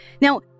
Now